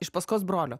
iš paskos brolio